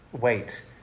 Wait